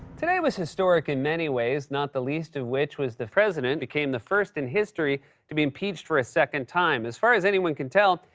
today was historic in many ways, not the least of which was the president became the first in history to be impeached for a second time. as far as anyone can tell,